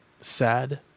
sad